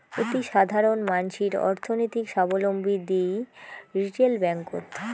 অতিসাধারণ মানসিদের অর্থনৈতিক সাবলম্বী দিই রিটেল ব্যাঙ্ককোত